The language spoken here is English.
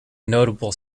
notable